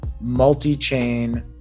multi-chain